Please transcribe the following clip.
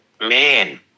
man